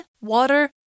water